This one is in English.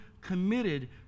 committed